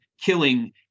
killing